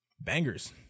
bangers